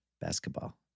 basketball